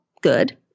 good